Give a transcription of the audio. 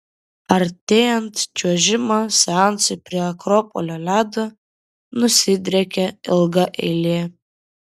artėjant čiuožimo seansui prie akropolio ledo nusidriekia ilga eilė